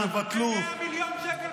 תבטלו.